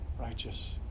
Righteous